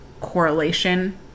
correlation